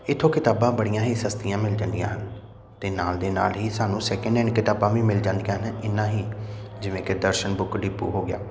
ਇੱਥੋਂ ਕਿਤਾਬਾਂ ਬੜੀਆਂ ਹੀ ਸਸਤੀਆਂ ਮਿਲ ਜਾਂਦੀਆਂ ਹਨ ਅਤੇ ਨਾਲ ਦੀ ਨਾਲ ਹੀ ਸਾਨੂੰ ਸੈਕਿੰਡ ਹੈਂਡ ਕਿਤਾਬਾਂ ਵੀ ਮਿਲ ਜਾਂਦੀਆਂ ਹਨ ਇਨ੍ਹਾਂ ਹੀ ਜਿਵੇਂ ਕਿ ਦਰਸ਼ਨ ਬੁੱਕ ਡਿਪੂ ਹੋ ਗਿਆ